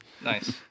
Nice